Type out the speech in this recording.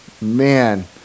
Man